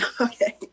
Okay